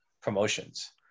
promotions